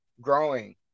growing